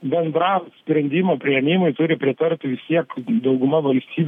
bendram sprendimų priėmimui turi pritart vis tiek dauguma valstybių